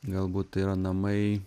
galbūt tai yra namai